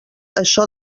això